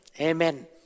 Amen